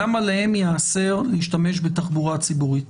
גם עליהם ייאסר להשתמש בתחבורה הציבורית.